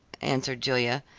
answered julia,